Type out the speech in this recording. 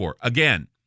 Again